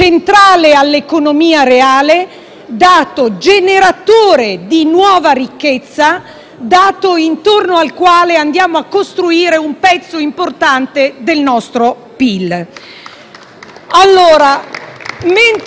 dato generatore di nuova ricchezza, intorno al quale andiamo a costruire un pezzo importante del nostro PIL.